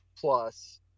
plus